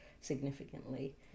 significantly